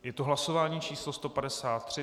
Je to hlasování číslo 153.